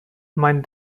mein